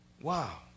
Wow